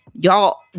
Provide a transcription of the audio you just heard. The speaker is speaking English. Y'all